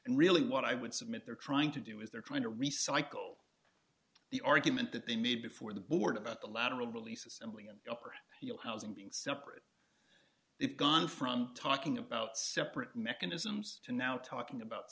and really what i would submit they're trying to do is they're trying to recycle the argument that they made before the board about the lateral releases a one million up or your housing being separate they've gone from talking about separate mechanisms to now talking about